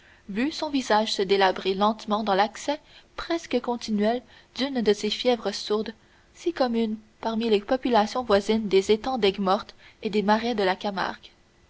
vu son visage se délabrer lentement dans l'accès presque continuel d'une de ces fièvres sourdes si communes parmi les populations voisines des étangs daigues mortes et des marais de la camargue